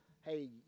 hey